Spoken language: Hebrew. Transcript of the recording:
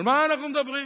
על מה אנחנו מדברים?